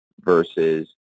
versus